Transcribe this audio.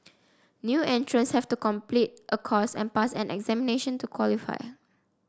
new entrants have to complete a course and pass an examination to qualify